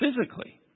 physically